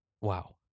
Wow